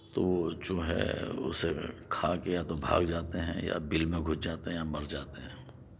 تو چوہے اسے کھا کے یا تو بھاگ جاتے ہیں یا بل میں گھس جاتے ہیں یا مر جاتے ہیں